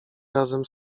razem